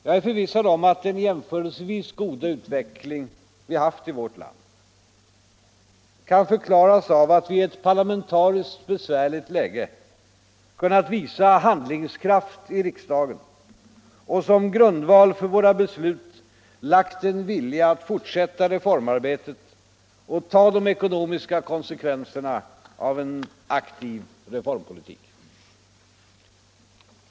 Jag är förvissad om att den jämförelsevis goda utveckling vi haft i vårt land kan förklaras av att vi i ett parlamentariskt besvärligt läge kunnat visa handlingskraft i riksdagen och som grundval för våra beslut lagt en vilja att fortsätta reformarbetet och ta de ekonomiska konsekvenserna av en aktiv reformpolitik.